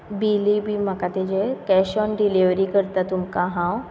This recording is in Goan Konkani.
बिलीय बी म्हाका तेजें कॅश ऑन डिलेवरी करता तुमकां हांव